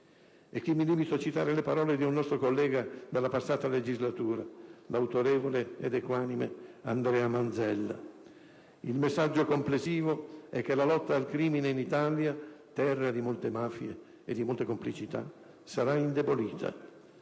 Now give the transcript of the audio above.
Mi limito a citare le parole di un nostro collega della passata legislatura, l'autorevole ed equanime Andrea Manzella: il messaggio complessivo è che la lotta al crimine in Italia, terra di molte mafie e di molte complicità, sarà indebolita.